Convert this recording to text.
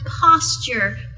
posture